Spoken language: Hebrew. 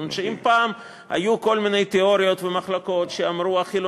אז אם פעם היו כל מיני תיאוריות ומחלוקות שהחילונים